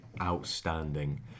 outstanding